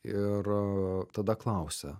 ir tada klausia